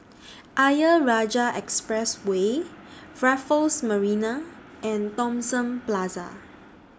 Ayer Rajah Expressway Raffles Marina and Thomson Plaza